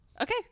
Okay